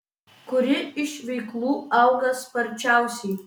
kuri iš veiklų auga sparčiausiai